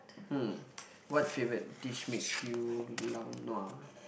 um what favourite dish makes you lao nua